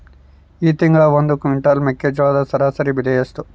ಈ ತಿಂಗಳ ಒಂದು ಕ್ವಿಂಟಾಲ್ ಮೆಕ್ಕೆಜೋಳದ ಸರಾಸರಿ ಬೆಲೆ ಎಷ್ಟು?